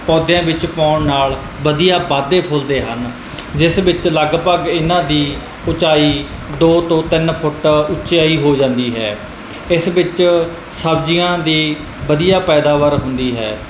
ਪੌਦਿਆਂ ਵਿੱਚ ਪਾਉਣ ਨਾਲ ਵਧੀਆ ਵੱਧਦੇ ਫੁੱਲਦੇ ਹਨ ਜਿਸ ਵਿੱਚ ਲਗਭਗ ਇਹਨਾਂ ਦੀ ਉੱਚਾਈ ਦੋ ਤੋਂ ਤਿੰਨ ਫੁੱਟ ਉੱਚਾਈ ਹੋ ਜਾਂਦੀ ਹੈ ਇਸ ਵਿੱਚ ਸਬਜ਼ੀਆਂ ਦੀ ਵਧੀਆ ਪੈਦਾਵਾਰ ਹੁੰਦੀ ਹੈ